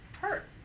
hurt